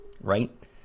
right